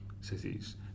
Cities